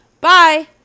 Bye